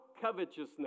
covetousness